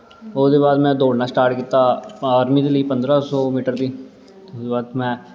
ओह्दे बाद में दौड़ना स्टार्ट कीता आर्मी दे लेई पंदरां सौ मीटर ओह्दे बाद में